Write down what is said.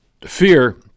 fear